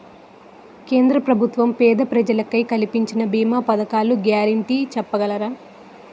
కేంద్ర ప్రభుత్వం పేద ప్రజలకై కలిపిస్తున్న భీమా పథకాల గ్యారంటీ చెప్పగలరా?